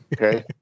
Okay